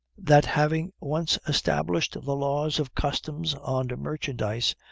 that, having once established the laws of customs on merchandise,